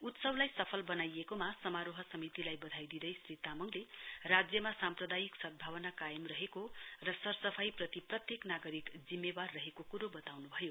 उत्सवलाई सफल बनाइएकोमा समारोह समितिलाई बधाई दिँदै श्री तामाङले राज्यमा साम्प्रादायिक सद्धावना कायम रहेको र सरसफाई पनि प्रत्येक नागरिक जिम्मेवार रहेको कुरो बताउनु भयो